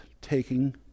taking